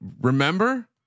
remember